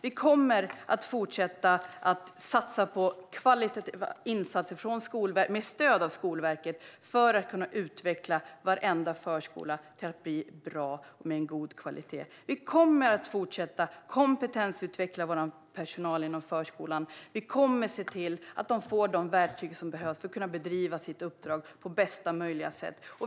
Vi kommer att fortsätta att satsa på kvalitativa insatser med stöd av Skolverket för att kunna utveckla varenda förskola till att bli bra och med en god kvalitet. Vi kommer att fortsätta att kompetensutveckla vår personal inom förskolan. Vi kommer att se till att de får de verktyg som behövs för att kunna bedriva sitt uppdrag på bästa möjliga sätt.